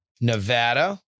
Nevada